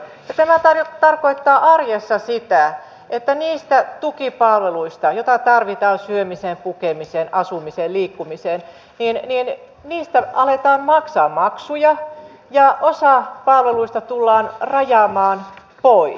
tämä tarkoittaa arjessa sitä että niistä tukipalveluista joita tarvitaan syömiseen pukemiseen asumiseen liikkumiseen aletaan maksaa maksuja ja osa palveluista tullaan rajaamaan pois